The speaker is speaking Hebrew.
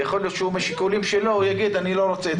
ויכול להיות שהוא עם השיקולים שלו יגיד: אני לא רוצה את זה גם.